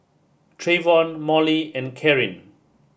Trayvon Mollie and Karyn